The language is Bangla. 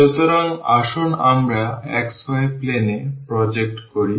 সুতরাং আসুন আমরা xy plane এ প্রজেক্ট করি